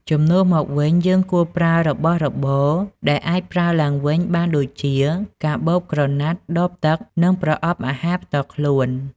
ជំនួសមកវិញ យើងគួរប្រើរបស់របរដែលអាចប្រើឡើងវិញបានដូចជាកាបូបក្រណាត់ ដបទឹក និងប្រអប់អាហារផ្ទាល់ខ្លួន។